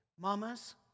Mamas